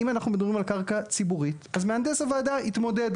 אם אנחנו מדברים על קרקע ציבורית אז מהנדס הוועדה יתמודד.